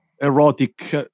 erotic